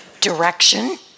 Direction